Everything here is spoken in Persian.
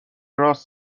راس